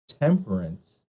temperance